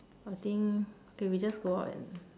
I think okay we just go out and